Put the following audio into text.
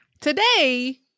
Today